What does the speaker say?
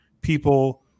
people